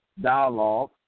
dialogue